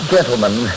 Gentlemen